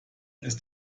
ist